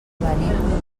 venim